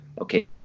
okay